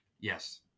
Yes